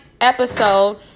episode